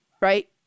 right